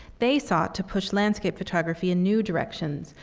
they sought to push landscape photography in new directions,